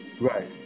Right